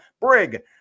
Brig